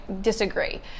disagree